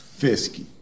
Fisky